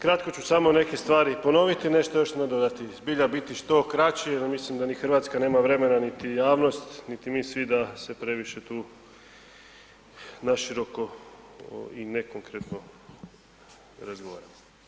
Kratko ću samo neke stvari ponoviti, nešto još nešto nadodati, zbilja biti što kraći jer mislim da ni RH nema vremena, niti javnost, niti mi svi da se previše tu naširoko i nekonkretno razgovaramo.